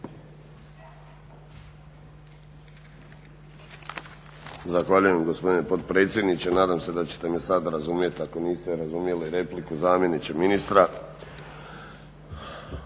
Zahvaljujem gospodine potpredsjedniče. Nadam se da ćete me sad razumjeti ako niste razumjeli repliku zamjeniče ministra.